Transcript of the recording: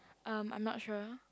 um I'm not sure